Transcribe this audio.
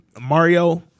Mario-